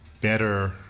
better